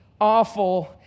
awful